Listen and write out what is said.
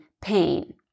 pain